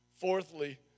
Fourthly